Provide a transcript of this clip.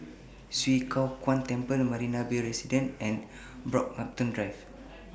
Swee Kow Kuan Temple Marina Bay Residences and Brockhampton Drive